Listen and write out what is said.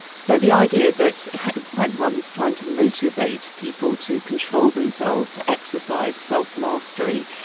so the idea that when one was trying to motivate people to control themselves, to exercise self-mastery,